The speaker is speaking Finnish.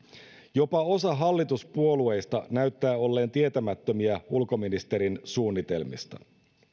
jopa osa hallituspuolueista näyttää olleen tietämättömiä ulkoministerin suunnitelmista